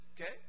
okay